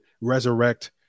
resurrect